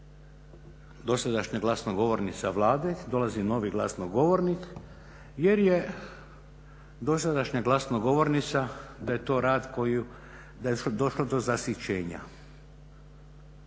dosadašnja glasnogovornica Vlade, dolazi novi glasnogovornik jer je dosadašnja glasnogovornica da je to rad koji da je došlo do zasićenja.